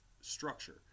structure